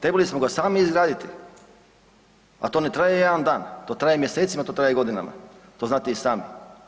Trebali smo ga sami izgraditi a to ne traje jedan dan, to traje mjesecima, to traje godinama, to znate i sami.